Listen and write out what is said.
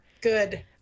good